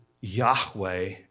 Yahweh